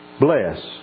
Bless